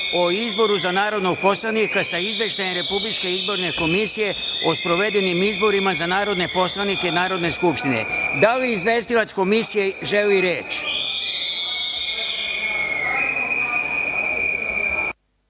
o izboru za narodnog poslanika sa Izveštajem Republičke izborne komisije o sprovedenim izborima za narodne poslanike Narodne skupštine. Da li izvestilac Komisije želi reč?